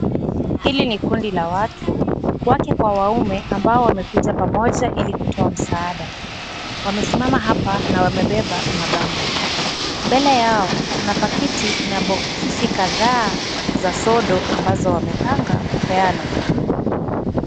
Hili ni kundi la watu. Wake kwa waume ambao wamekuja pamoja ili kutoa msaada. Wamesimama hapa na wamebeba mabango. Mbele yao kuna pakiti na bokisi kadhaa za sodo ambazo wamepanga kupeana.